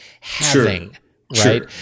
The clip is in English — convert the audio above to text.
having—right